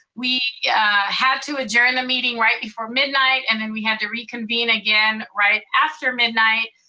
we yeah had to adjourn the meeting right before midnight, and then we had to reconvene again right after midnight,